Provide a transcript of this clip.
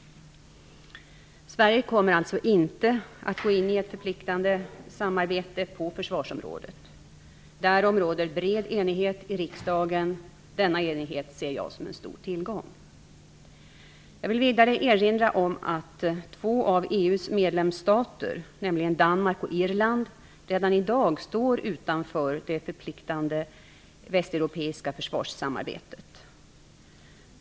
Sverige kommer alltså inte att gå in i ett förpliktande samarbete på försvarsområdet. Därom råder bred enighet i riksdagen. Denna enighet ser jag som en stor tillgång. Jag vill vidare erinra om att två av EU:s medlemsstater, nämligen Danmark och Irland, redan i dag står utanför det förpliktande västeuropeiska försvarssamarbetet.